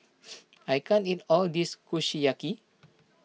I can't eat all of this Kushiyaki